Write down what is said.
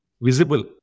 visible